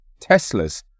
Teslas